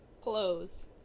Clothes